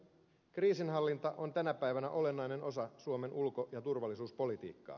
kriisinhallinta on tänä päivänä olennainen osa suomen ulko ja turvallisuuspolitiikkaa